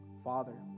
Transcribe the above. Father